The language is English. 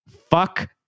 fuck